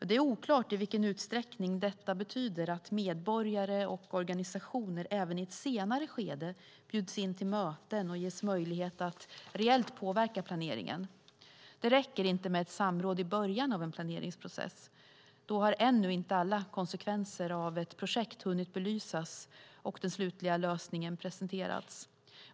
Det är oklart i vilken utsträckning detta betyder att medborgare och organisationer även i ett senare skede bjuds in till möten och ges möjlighet att reellt påverka planeringen. Det räcker inte med ett samråd i början av en planeringsprocess. Då har ännu inte alla konsekvenser av ett projekt hunnit belysas och den slutliga lösningen presenterats.